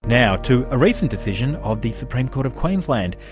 now to a recent decision of the supreme court of queensland,